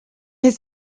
his